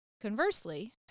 conversely